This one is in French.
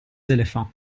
éléphants